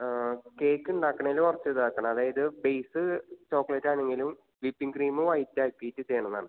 cake ഉണ്ടാക്കുന്നതിന് കുറച്ചിതാക്കണം അതായത് ബേസ് ചോക്കലേറ്റ് ആണെങ്കിലും വിപ്പിങ് ക്രീം വൈറ്റ് ആക്കിയിട്ട് ചെയ്യണം എന്നാണ്